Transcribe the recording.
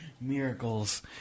Miracles